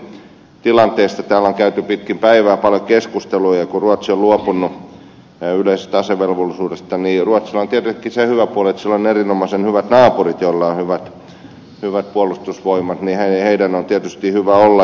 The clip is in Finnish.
ruotsin tilanteesta täällä on käyty pitkin päivää paljon keskustelua ja kun ruotsi on luopunut yleisestä asevelvollisuudesta niin ruotsilla on tietenkin se hyvä puoli että sillä on erinomaisen hyvät naapurit joilla on hyvät puolustusvoimat niin että heidän on tietysti hyvä olla